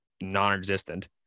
non-existent